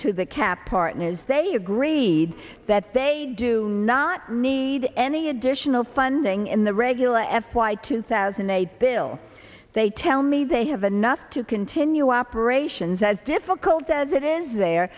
to the cap partners they agreed that they do not need any additional funding in the regular f y two thousand a bill they tell me they have enough to continue operations as difficult as it is the